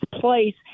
place